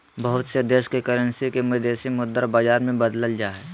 बहुत से देश के करेंसी के विदेशी मुद्रा बाजार मे बदलल जा हय